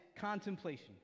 contemplation